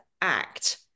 act